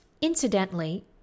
Incidentally